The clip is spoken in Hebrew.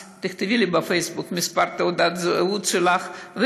תכתבי לי בפייסבוק את מספר תעודת הזהות שלך,